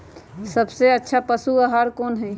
सबसे अच्छा पशु आहार कोन हई?